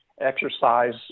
exercise